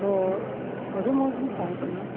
ᱫᱚ ᱟᱹᱰᱤ ᱢᱚᱡᱽᱜᱮ ᱛᱟᱦᱮᱸ ᱠᱟᱱᱟ